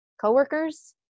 coworkers